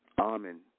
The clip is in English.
Amen